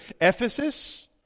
Ephesus